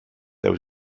there